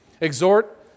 Exhort